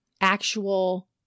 actual